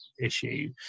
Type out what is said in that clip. issue